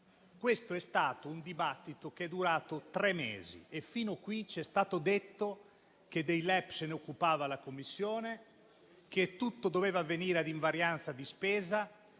Questo dibattito è durato tre mesi e fin qui ci è stato detto che dei LED se ne sarebbe occupata la Commissione e che tutto doveva avvenire a invarianza di spesa,